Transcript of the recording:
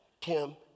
Tim